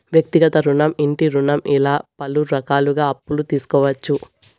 వ్యక్తిగత రుణం ఇంటి రుణం ఇలా పలు రకాలుగా అప్పులు తీసుకోవచ్చు